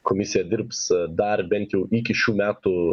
komisija dirbs dar bent jau iki šių metų